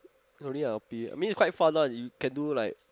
only in R_P I mean quite fun one you can do like